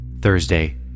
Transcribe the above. Thursday